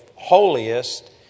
Holiest